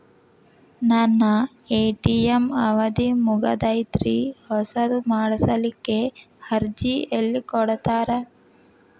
ನನ್ನ ಎ.ಟಿ.ಎಂ ಅವಧಿ ಮುಗದೈತ್ರಿ ಹೊಸದು ಮಾಡಸಲಿಕ್ಕೆ ಅರ್ಜಿ ಎಲ್ಲ ಕೊಡತಾರ?